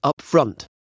upfront